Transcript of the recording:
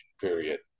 period